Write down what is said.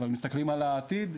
אבל מסתכלים על העתיד,